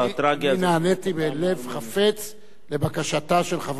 אני נעניתי בלב חפץ לבקשתה של חברת הכנסת